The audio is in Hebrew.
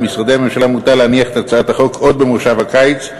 על משרדי הממשלה מוטל להניח את הצעת החוק עוד בכנס הקיץ,